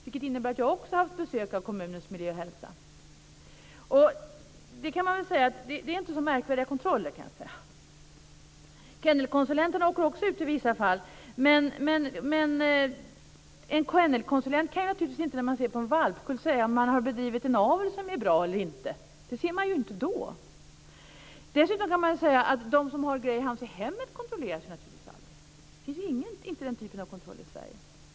Det innebär att jag också har haft besök av kommunens miljö och hälsoskyddsnämnd. Det är inte så märkvärdiga kontroller, kan man säga. Kennelkonsulenterna åker också ut i vissa fall, men en kennelkonsulent kan ju inte se på en valpkull och säga om man har bedrivit en avel som är bra eller inte. Det ser man ju inte då. Dessutom kan man säga att de som har greyhound i hemmet naturligtvis aldrig kontrolleras. Det finns inte den typen av kontroller i Sverige.